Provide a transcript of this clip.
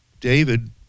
David